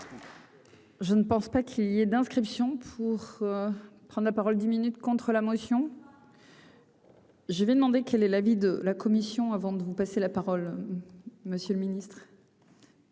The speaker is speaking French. Je ne pense pas qu'il y ait d'inscription pour prendre la parole dix minutes contre la motion. Je vais demander quel est l'avis de la commission avant de vous passer la parole monsieur le Ministre.